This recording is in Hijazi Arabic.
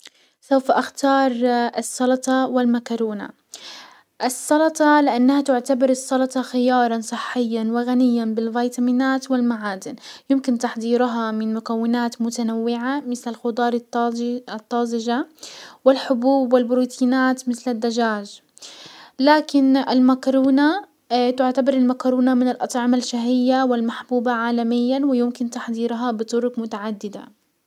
سوف اختار السلطة والمكرونة. السلطة لانها تعتبر السلطة خيارا صحيا وغنيا بالفيتامينات والمعادن، يمكن تحضيرها من مكونات متنوعة مثل الخضار الطازج الطازجة والحبوب والبروتين مثل الدجاج، لكن المكرونة تعتبر المكرونة من الاطعمة الشهية والمحبوبة عالميا ويمكن تحضيرها بطرق متعددة.